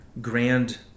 grand